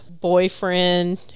boyfriend